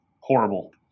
Horrible